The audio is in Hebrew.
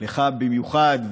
לך במיוחד,